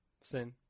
sin